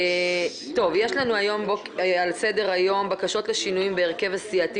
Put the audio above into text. יש לנו היום על סדר היום בקשות לשינויים בהרכב הסיעתי